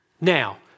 Now